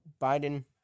Biden